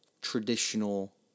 traditional